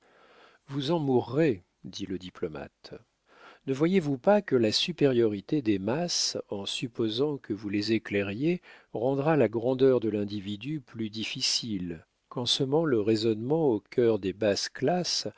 vous en mourrez dit le diplomate ne voyez-vous pas que la supériorité des masses en supposant que vous les éclairiez rendra la grandeur de l'individu plus difficile qu'en semant le raisonnement au cœur des basses classes